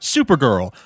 Supergirl